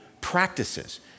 practices